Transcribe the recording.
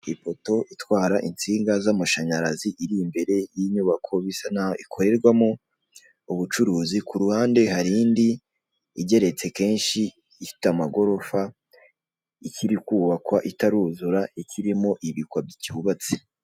Ipoto itwara insinga z'amashanyarazi iri imbere y'inyubako bisa naho ikorerwamo, ubucuruzi kuruhande hari indi igeretse kenshi ifite amagorofa ikiri kubakwa, itaruzura ikirimo ibikwa byubatse.